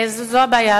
זאת הבעיה,